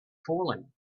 falling